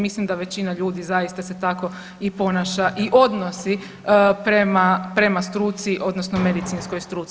Mislim da većina ljudi zaista se tako i ponaša i odnosi prema struci odnosno medicinskoj struci.